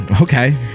Okay